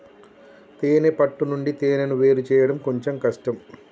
తేనే పట్టు నుండి తేనెను వేరుచేయడం కొంచెం కష్టం